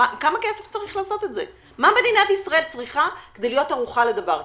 מה מדינת ישראל צריכה כדי להיות ערוכה לדבר כזה?